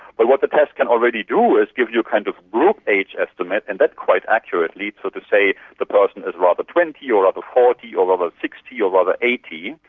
but what the test can already do is give you a kind of group age estimate, and that quite accurately leads to the say, the person is rather twenty, or rather forty or rather sixty or rather eighty,